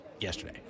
yesterday